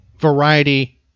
variety